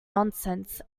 nonsense